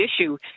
issue